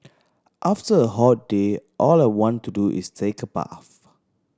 after a hot day all I want to do is take a bath